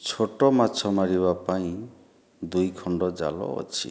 ଛୋଟ ମାଛ ମାରିବା ପାଇଁ ଦୁଇ ଖଣ୍ଡ ଜାଲ ଅଛି